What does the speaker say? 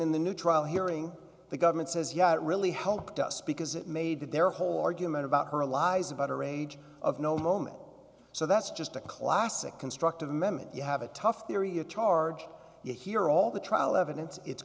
in the new trial hearing the government says yeah it really helped us because it made their whole argument about her allies about her age of no moment so that's just a classic construct of memory you have a tough theory of charge you hear all the trial evidence it's